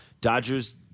Dodgers